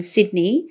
Sydney